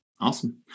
Awesome